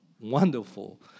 wonderful